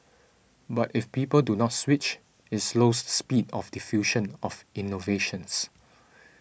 but if people do not switch it slows speed of diffusion of innovations